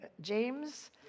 James